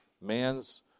man's